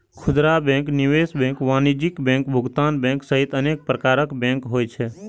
खुदरा बैंक, निवेश बैंक, वाणिज्यिक बैंक, भुगतान बैंक सहित अनेक प्रकारक बैंक होइ छै